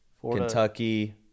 Kentucky